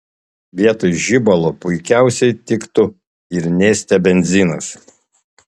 vietoj žibalo puikiausiai tiktų ir neste benzinas